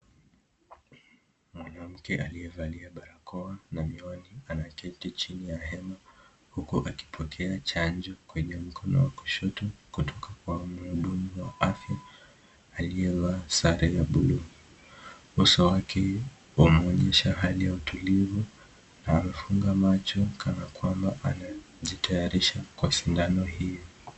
Mwanamke aliyevalia barakoa na miwani ,anaketi chini ya hema ,huku akipokea chanjo kwenye mkono wa kushoto kutoka kwa mhudumu wa afya aliyevaa sare ya bluu. Uso wake wamuonyesha hali ya utulivu. Amefunga macho kana kwamba anajitayarisha kwa sindano hio.